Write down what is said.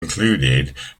included